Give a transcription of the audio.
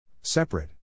Separate